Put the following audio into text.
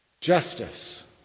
justice